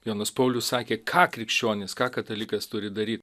jonas paulius sakė ką krikščionis ką katalikas turi daryt